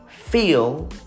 feel